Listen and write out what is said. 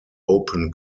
open